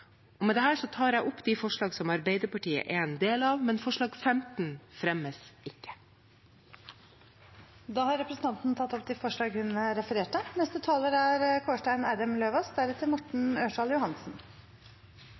helseindustri. Med dette tar jeg opp de forslagene som Arbeiderpartiet er en del av, men forslag nr. 15 fremmes ikke. Representanten Åsunn Lyngedal har tatt opp de forslagene hun refererte